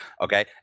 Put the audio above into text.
okay